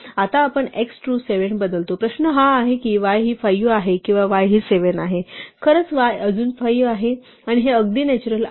आता आपण x to 7 बदलतो प्रश्न हा आहे की y हि 5 आहे किंवा y ही 7 आहे आणि खरंच y अजूनही 5 आहे आणि हे अगदी नॅचरल आहे